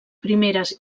primeres